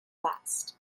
last